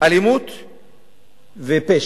אלימות ופשע.